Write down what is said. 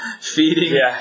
feeding